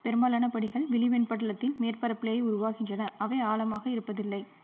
பெரும்பாலான படிகல் விழிவெண்படலத்தின் மேற்பரப்பிலேயே உருவாகின்றன அவை ஆழமாக இருப்பதில்லை